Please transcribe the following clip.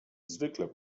zwykle